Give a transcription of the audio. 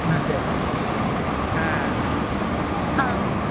ம் சரி ஆ ஆ